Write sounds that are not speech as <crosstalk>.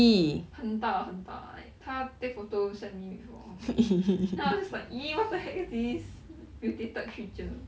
<breath> 很大很大 like 她 take photo send me before <breath> then I was just like !ee! what the heck is this <noise> mutated creature